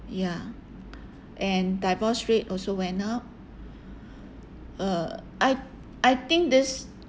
ya and divorce rate also went up uh I I think these